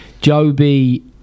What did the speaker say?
Joby